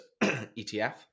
ETF